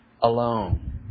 alone